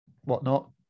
whatnot